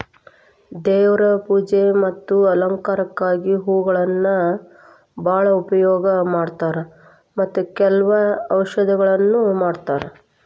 ದೇವ್ರ ಪೂಜೆ ಮತ್ತ ಅಲಂಕಾರಕ್ಕಾಗಿ ಹೂಗಳನ್ನಾ ಬಾಳ ಉಪಯೋಗ ಮಾಡತಾರ ಮತ್ತ ಕೆಲ್ವ ಔಷಧನು ಮಾಡತಾರ